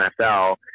NFL